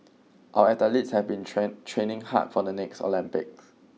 our athletes have been train training hard for the next Olympics